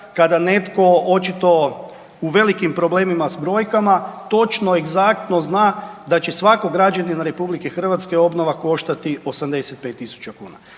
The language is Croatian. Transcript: kada netko očito u velikim problemima s brojkama točno, egzaktno zna da će svakog građanine Republike Hrvatske obnova koštati 85 tisuća kuna.